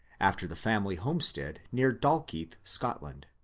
after the family homestead near dalkeith, scotland.